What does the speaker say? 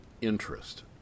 interest